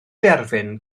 derfyn